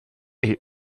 est